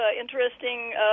interesting